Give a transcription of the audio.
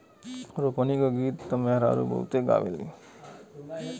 रोपनी क गीत त मेहरारू बहुते गावेलीन